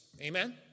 Amen